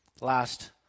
Last